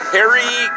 Harry